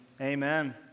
Amen